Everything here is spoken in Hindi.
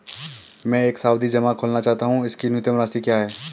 मैं एक सावधि जमा खोलना चाहता हूं इसकी न्यूनतम राशि क्या है?